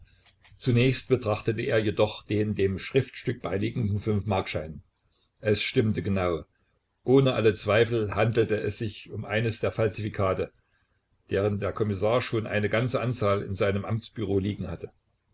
zunächst betrachtete er jedoch den dem schriftstück beiliegenden fünfmarkschein es stimmte genau ohne alle zweifel handelte es sich um eines der falsifikate deren der kommissar schon eine ganze anzahl in seinem amtsbüro liegen hatte